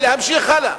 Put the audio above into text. ולהמשיך הלאה.